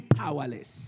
powerless